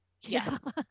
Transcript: Yes